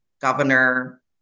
governor